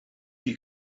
you